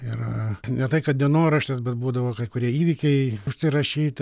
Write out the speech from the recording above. yra ne tai kad dienoraštis bet būdavo kai kurie įvykiai užsirašyti